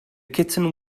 kitten